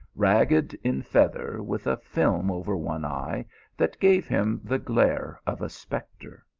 ragged in feather, with a film over one eye that gave him the glare of a spectre.